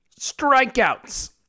strikeouts